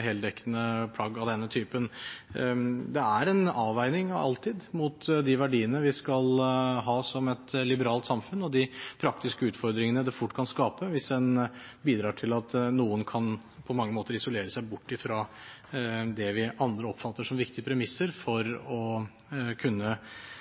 heldekkende plagg av denne typen. Det er alltid en avveining mot de verdiene vi skal ha som et liberalt samfunn, og de praktiske utfordringene det fort kan skape hvis en bidrar til at noen på mange måter kan isolere seg bort fra det vi andre oppfatter som viktige premisser for å kunne